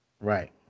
Right